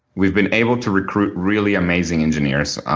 we've been able to recruit really amazing engineers.